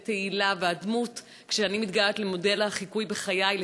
"תהילה" והדמות: כשאני מתגעגעת למודל החיקוי בחיי,